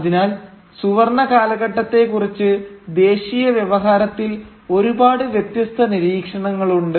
അതിനാൽ സുവർണ്ണ കാലഘട്ടത്തെക്കുറിച്ച് ദേശീയ വ്യവഹാരത്തിൽ ഒരുപാട് വ്യത്യസ്ത നിരീക്ഷണങ്ങൾ ഉണ്ട്